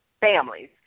families